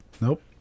nope